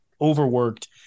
overworked